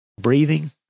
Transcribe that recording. Breathing